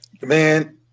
Man